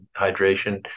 hydration